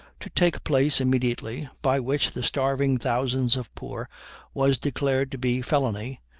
to take place immediately, by which the starving thousands of poor was declared to be felony,